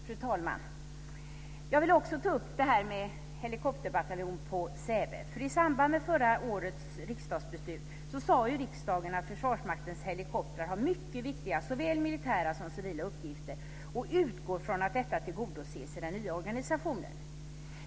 Fru talman! Jag vill också ta upp detta med helikopterbataljon på Säve. I samband med förra årets riksdagsbeslut sade riksdagen att Försvarsmaktens helikoptrar har mycket viktiga såväl militära som civila uppgifter. Man utgår från att detta tillgodoses i den nya organisationen.